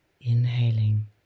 Inhaling